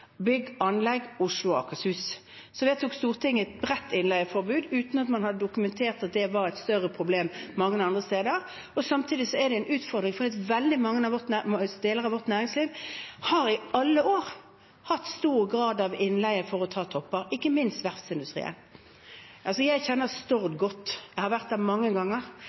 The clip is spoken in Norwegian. bygg, anlegg, Oslo og Akershus. Så vedtok Stortinget et bredt innleieforbud uten at man hadde dokumentert at det var et større problem mange andre steder. Samtidig er det en utfordring, for veldig mange deler av vårt næringsliv har i alle år hatt stor grad av innleie for å ta topper, ikke minst verftsindustrien. Jeg kjenner Stord godt. Jeg har vært der mange ganger.